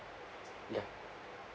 ya